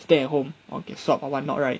stay at home or get swabbed or what not right